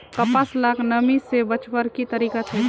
कपास लाक नमी से बचवार की तरीका छे?